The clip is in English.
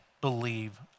believe